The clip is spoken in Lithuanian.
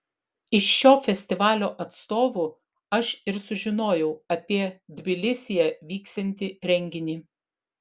iš šio festivalio atstovų aš ir sužinojau apie tbilisyje vyksiantį renginį